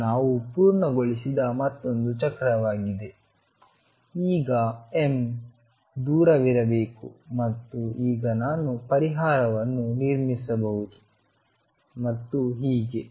ಇದು ನಾವು ಪೂರ್ಣಗೊಳಿಸಿದ ಮತ್ತೊಂದು ಚಕ್ರವಾಗಿದೆ ಈ m ದೂರವಿರಬೇಕು ಮತ್ತು ಈಗ ನಾನು ಪರಿಹಾರವನ್ನು ನಿರ್ಮಿಸಬಹುದು ಮತ್ತು ಹೀಗೆ